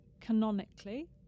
canonically